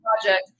Project